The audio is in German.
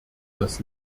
das